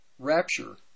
rapture